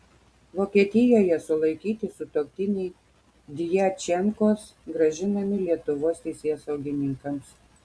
vokietijoje sulaikyti sutuoktiniai djačenkos grąžinami lietuvos teisėsaugininkams